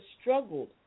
struggled